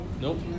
nope